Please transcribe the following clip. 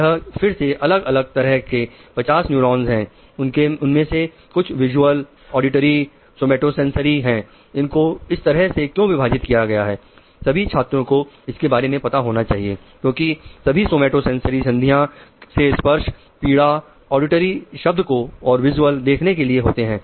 यह फिर से अलग अलग तरह के 50 न्यूरॉन है उनमें से कुछ विजुअल होती हैं